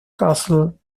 castle